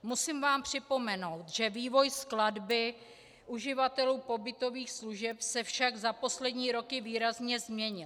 Musím vám připomenout, že vývoj skladby uživatelů pobytových služeb se však za poslední roky výrazně změnil.